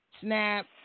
Snap